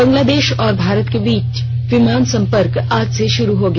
बांग्लादेश और भारत के बीच विमान सम्पर्क आज फिर शुरू हो गया